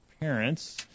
parents